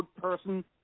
person